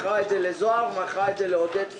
מכרה את זה לזוהר, מכרה את זה לעודד פלר,